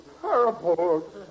terrible